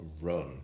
run